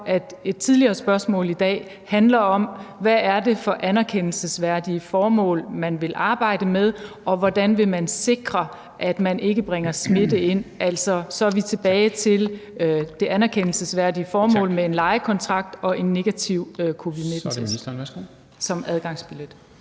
et tidligere spørgsmål i dag handlede om, hvad det er for anerkendelsesværdige formål, man vil arbejde med, og hvordan man vil sikre, at man ikke bringer smitte ind. Altså, så er vi tilbage til det anerkendelsesværdige formål med en lejekontrakt og en negativ covid-19-test